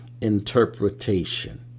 interpretation